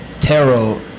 tarot